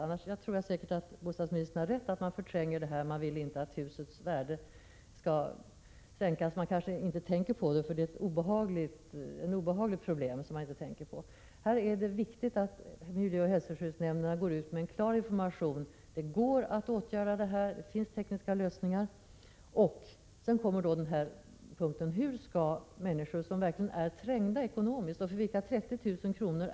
Annars tror jag bostadsministern har rätt när han säger att människor förtränger det hela, därför att de inte vill att husets värde skall minska eller därför att det är ett obehagligt problem som man inte vill tänka på. Miljöoch hälsoskyddsnämnderna bör nu gå ut med en klar information om att det går att vidta åtgärder. Det finns tekniska lösningar. Sedan kommer man till problemet för de människor som verkligen är trängda ekonomiskt och för vilka 30 000 kr.